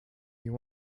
you